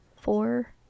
four